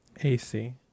AC